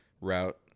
route